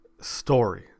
story